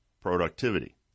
productivity